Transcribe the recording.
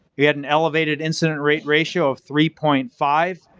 we had an elevated incident rate ratio of three point five,